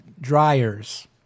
dryers